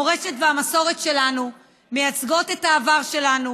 המורשת והמסורת שלנו מייצגות את העבר שלנו,